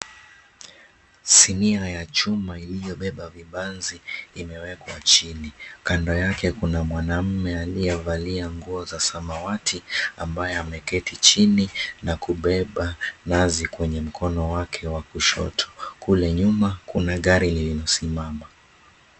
Sinia ya chuma iliyobeba vibanzi imewekwa chini. Kando yake kuna mwanaume aliyevalia nguo za samawati ambaye ameketi chini na kubeba nazi kwenye mkono wake wa kushoto. Kule nyuma kuna gari lililosimama.